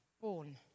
born